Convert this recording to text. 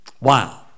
Wow